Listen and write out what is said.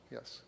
Yes